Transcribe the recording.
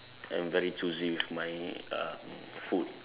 am very choosy with my um food